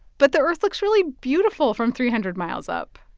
but the earth looks really beautiful from three hundred miles up.